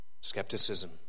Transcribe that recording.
Skepticism